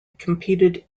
competed